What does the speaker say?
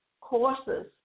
courses